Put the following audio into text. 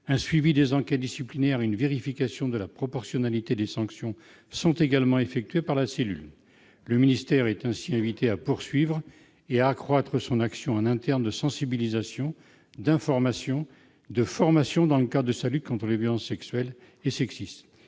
Un suivi des enquêtes disciplinaires et une vérification de la proportionnalité des sanctions sont également assurés. Le ministère est invité à poursuivre et à accroître son action en interne de sensibilisation, d'information et de formation dans le cadre de sa lutte contre les violences sexuelles et sexistes,